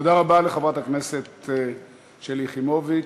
תודה רבה לחברת הכנסת שלי יחימוביץ.